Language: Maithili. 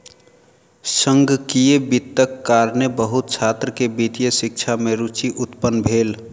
संगणकीय वित्तक कारणेँ बहुत छात्र के वित्तीय शिक्षा में रूचि उत्पन्न भेल